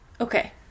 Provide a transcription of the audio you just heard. okay